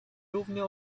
równie